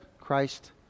Christ